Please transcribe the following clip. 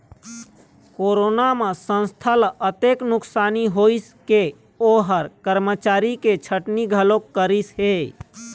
corona म संस्था ल अतेक नुकसानी होइस के ओ ह करमचारी के छटनी घलोक करिस हे